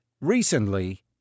recently